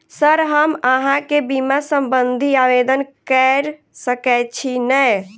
Sir हम अहाँ केँ बीमा संबधी आवेदन कैर सकै छी नै?